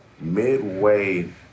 Midway